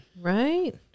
Right